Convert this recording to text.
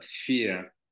fear